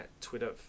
Twitter